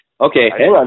Okay